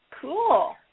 Cool